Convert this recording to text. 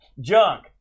Junk